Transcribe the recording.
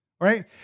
right